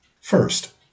First